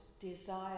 desire